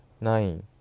nine